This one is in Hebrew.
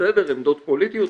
עמדות פוליטיות,